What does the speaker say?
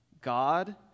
God